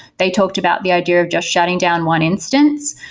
they talked about the idea of just shutting down one instance.